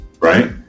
right